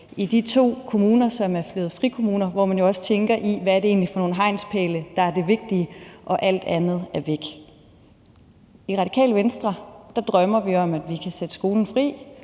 i de to kommuner, som er blevet frikommuner, hvor man jo også tænker i, hvad det er for nogle hegnspæle, der er de vigtige, mens alt andet er væk. I Radikale Venstre drømmer vi om, at vi kan sætte skolen fri